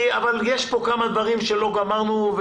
אבל יש פה כמה דברים שלא גמרנו,